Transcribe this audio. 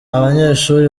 abanyeshuri